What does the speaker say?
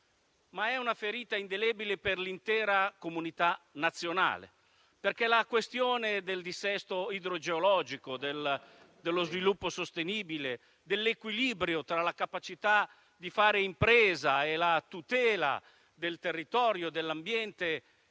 Ma è una ferita indelebile per l'intera comunità nazionale, perché la questione del dissesto idrogeologico, dello sviluppo sostenibile e dell'equilibrio tra la capacità di fare impresa e la tutela del territorio, dell'ambiente